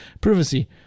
privacy